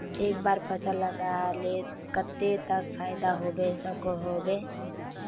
एक बार फसल लगाले कतेक तक फायदा होबे सकोहो होबे?